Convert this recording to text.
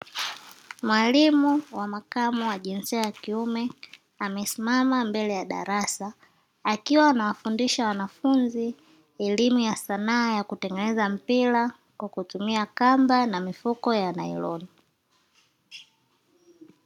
Mwalimu wa makamo wa jinsia ya kiume amesimama mbele ya darasa, akiwa anawafundisha wanafunzi elimu ya sanaa ya kutengeneza mpira, kwa kutumia kamba na mifuko ya nailoni.